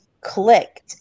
clicked